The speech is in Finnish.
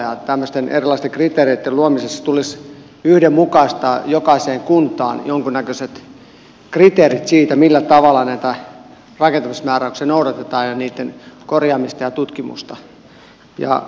tämmöisten erilaisten kriteereitten luomisessa tulisi yhdenmukaistaa jokaiseen kuntaan jonkunnäköiset kriteerit siitä millä tavalla näitä rakentamismääräyksiä noudatetaan ja korjaamisesta ja tutkimuksista